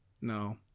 No